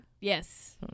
Yes